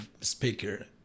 speaker